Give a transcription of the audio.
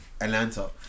Atlanta